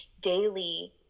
daily